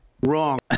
Wrong